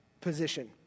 position